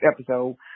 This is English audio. episode